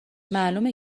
معلومه